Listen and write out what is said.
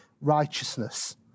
righteousness